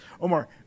Omar